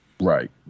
Right